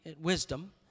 wisdom